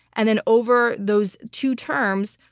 and then over those two terms,